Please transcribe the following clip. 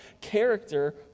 character